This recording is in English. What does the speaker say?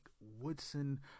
Woodson